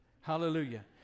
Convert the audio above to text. Hallelujah